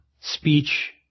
speech